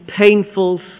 painful